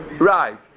right